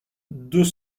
deux